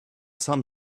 some